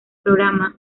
programa